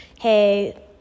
hey